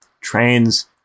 Trains